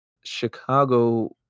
chicago